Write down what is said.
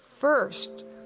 First